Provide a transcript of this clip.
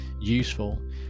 useful